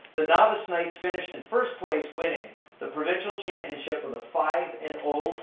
the novice knights finished in first place winning the provincial championship with a five and